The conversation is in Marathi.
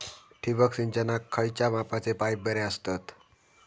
ठिबक सिंचनाक खयल्या मापाचे पाईप बरे असतत?